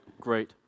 great